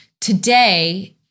today